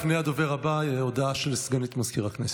לפני הדובר הבא, הודעה של סגנית מזכיר הכנסת.